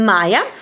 Maya